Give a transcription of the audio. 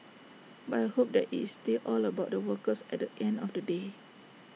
but I hope that it's still all about the workers at the end of the day